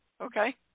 Okay